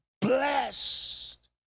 blessed